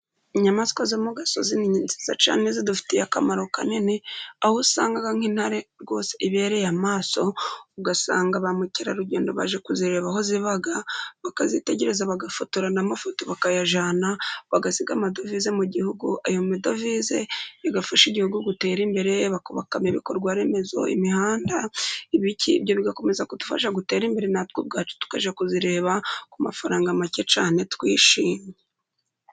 Inyamaswa zo mu gasozi ni nziza cyane, zidufitiye akamaro kanini, aho usanga nk'intare, rwose ibereye amaso, ugasanga ba mukerarugendo baje kuzireba aho ziba, bakazitegereza, bagafotora n'amafoto, bakayajyana, bagasiga amadovize mu gihugu, ayo madovize agafasha igihugu gutera imbere, bakubakamo ibikorwaremezo, imihanda, ibyo bigakomeza kudufasha gutera imbere, natwe ubwacu tukajya kuzireba ku mafaranga make cyane twishimye.